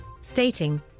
stating